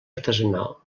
artesanal